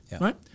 right